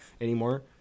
anymore